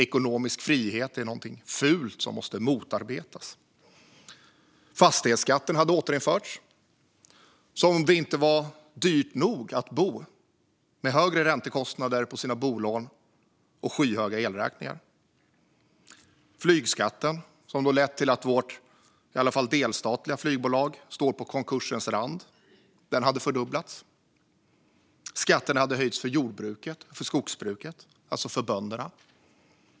Ekonomisk frihet är någonting fult som måste motarbetas. Fastighetsskatten hade återinförts, som om det inte var dyrt nog att bo med högre räntekostnader på sina bolån och skyhöga elräkningar. Flygskatten, som har lett till att vårt delstatliga flygbolag står på konkursens rand, hade fördubblats. Skatten hade höjts för jordbruket och för skogsbruket; alltså för bönderna.